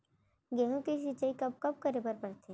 गेहूँ के सिंचाई कब कब करे बर पड़थे?